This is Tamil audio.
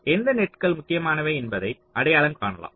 எந்த நெட்கள் முக்கியமானவை என்பதை அடையாளம் காணலாம்